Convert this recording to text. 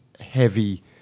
heavy